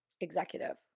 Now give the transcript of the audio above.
executive